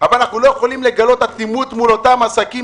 אבל אנחנו לא יכולים לגלות אטימות מול אותם עסקים